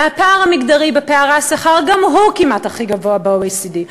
והפער המגדרי בשכר גם הוא כמעט הכי גבוה ב-OECD.